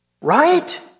right